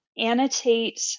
Annotate